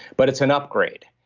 but it's an upgrade.